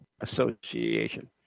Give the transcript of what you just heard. Association